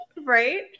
Right